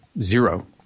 zero